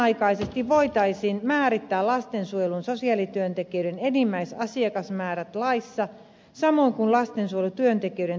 samanaikaisesti voitaisiin määrittää lastensuojelun sosiaalityöntekijöiden enimmäisasiakasmäärät laissa samoin kuin lastensuojelun työntekijöiden täydennyskoulutusvelvoite